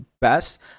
best